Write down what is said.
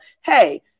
hey